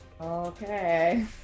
Okay